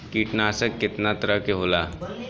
कीटनाशक केतना तरह के होला?